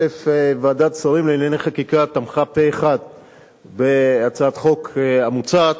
ועדת שרים לענייני חקיקה תמכה פה-אחד בהצעת החוק המוצעת,